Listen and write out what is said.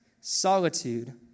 Solitude